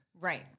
Right